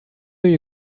you